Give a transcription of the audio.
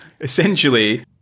essentially